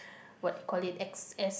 what call it x_s